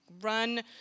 run